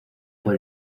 por